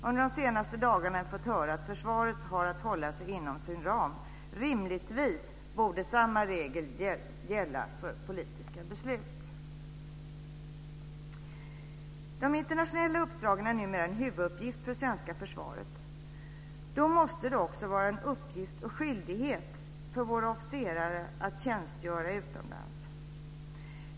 Under de senaste dagarna har vi fått höra att försvaret har att hålla sig inom sin ram. Rimligtvis borde samma regel gälla för politiska beslut. De internationella uppdragen är numera en huvuduppgift för det svenska försvaret. Då måste det också vara en uppgift och skyldighet för våra officerare att tjänstgöra utomlands.